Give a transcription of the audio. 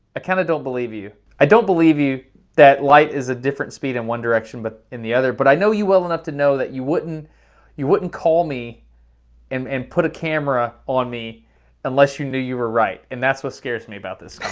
kinda don't believe you. i don't believe you that light is a different speed in one direction, but in the other, but i know you well enough to know that you wouldn't you wouldn't call me um and put a camera camera on me unless you knew you were right and that's what scares me about this